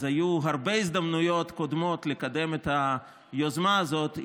אז היו הרבה הזדמנויות קודמות לקדם את היוזמה הזאת,